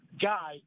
guy